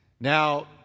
Now